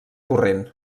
corrent